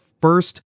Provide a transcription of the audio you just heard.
first